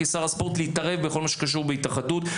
כשר הספורט להתערב בכל הקשור להתאחדות הכדורגל,